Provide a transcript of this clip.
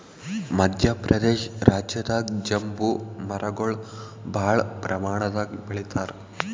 ಮದ್ಯ ಪ್ರದೇಶ್ ರಾಜ್ಯದಾಗ್ ಬಂಬೂ ಮರಗೊಳ್ ಭಾಳ್ ಪ್ರಮಾಣದಾಗ್ ಬೆಳಿತಾರ್